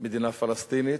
מדינה פלסטינית,